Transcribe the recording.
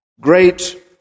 great